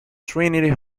trinity